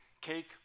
cake